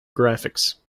graphics